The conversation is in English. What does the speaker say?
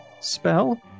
spell